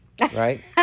right